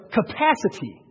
capacity